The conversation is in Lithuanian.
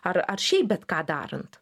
ar ar šiaip bet ką darant